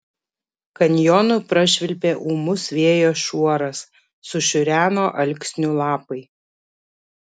kanjonu prašvilpė ūmus vėjo šuoras sušiureno alksnių lapai